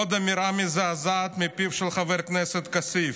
עוד אמירה מזעזעת מפיו של חבר הכנסת כסיף: